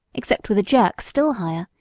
except with a jerk still higher,